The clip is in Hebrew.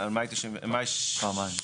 פעמיים.